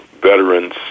veterans